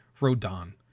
rodan